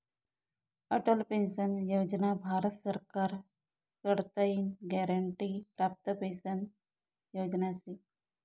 Atal pension योजना भारत सरकार कडताईन ग्यारंटी प्राप्त पेंशन योजना शे